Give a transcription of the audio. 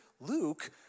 Luke